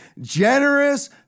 generous